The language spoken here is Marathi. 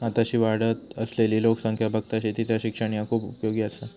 आताशी वाढत असलली लोकसंख्या बघता शेतीचा शिक्षण ह्या खूप उपयोगी आसा